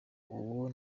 ubwo